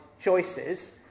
choices